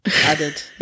added